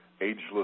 Ageless